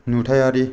नुथायारि